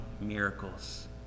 miracles